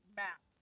map